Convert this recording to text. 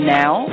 now